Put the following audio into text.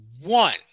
One